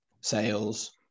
sales